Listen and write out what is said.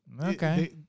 Okay